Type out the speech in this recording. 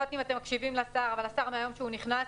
אני לא יודעת אם אתם מקשיבים לשר אבל השר מהיום שהוא נכנס,